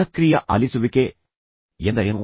ಸಕ್ರಿಯ ಆಲಿಸುವಿಕೆ ಎಂದರೇನು